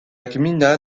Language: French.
gmina